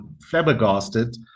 flabbergasted